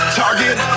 target